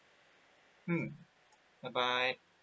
mm bye bye